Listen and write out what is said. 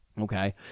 okay